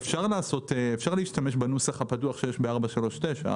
אפשר להשתמש בנוסח הפתוח שיש ב-439,